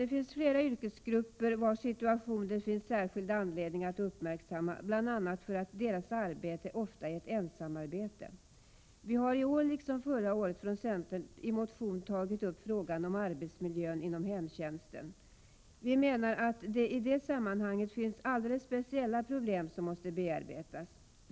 Det finns flera yrkesgrupper vilkas situation det finns särskild anledning att uppmärksamma, bl.a. för att deras arbete ofta är ett ensamarbete. Centern har i år liksom förra året i motion tagit upp frågan om arbetsmiljön inom hemtjänsten. Vi menar att det där finns alldeles speciella problem att bearbeta.